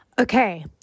Okay